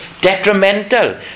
detrimental